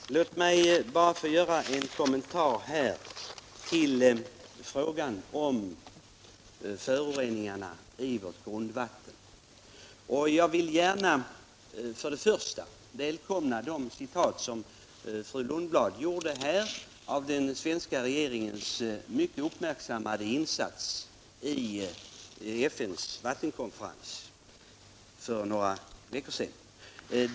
Herr talman! Låt mig bara få göra en kommentar till frågan om föroreningarna i vårt grundvatten. Jag vill gärna välkomna de citat som fru Lundblad gjorde om den svenska regeringens mycket uppmärksammade insats i FN:s vattenkonferens för några veckor sedan.